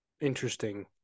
interesting